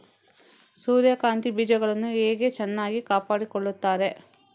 ಸೂರ್ಯಕಾಂತಿ ಬೀಜಗಳನ್ನು ಹೇಗೆ ಚೆನ್ನಾಗಿ ಕಾಪಾಡಿಕೊಳ್ತಾರೆ?